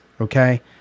okay